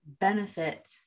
benefit